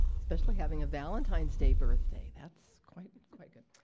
especially having a valentine's day birthday. that's quite quite good.